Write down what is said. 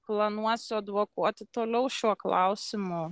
planuosiu advokuoti toliau šiuo klausimu